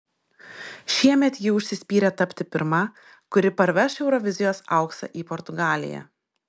šiemet ji užsispyrė tapti pirma kuri parveš eurovizijos auksą į portugaliją